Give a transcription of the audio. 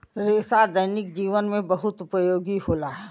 रेसा दैनिक जीवन में बहुत उपयोगी होला